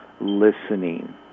listening